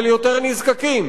אבל יותר נזקקים.